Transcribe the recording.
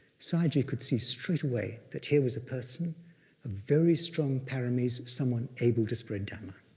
sayagyi could see straightaway that here was a person of very strong paramis, someone able to spread dhamma.